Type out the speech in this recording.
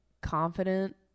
confident